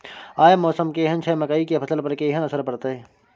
आय मौसम केहन छै मकई के फसल पर केहन असर परतै?